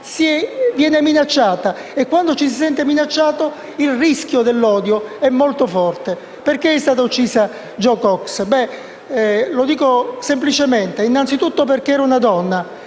vengono minacciate. E, quando ci si sente minacciati, il rischio dell'odio è molto forte. Perché è stata uccisa Jo Cox? Lo dico semplicemente: innanzitutto, perché era una donna